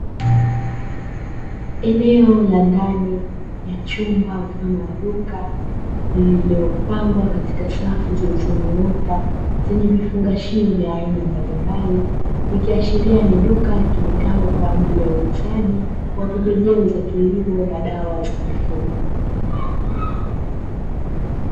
Eneo la ndani mfano wa duka lililopangwa katika safu zilizonyooka zenye vifungashio vya aina mbalimbali, ikiashiria ni duka litumikalo kwa ajili ya uuzaji wa pembejeo za kilimo na dawa za mifugo.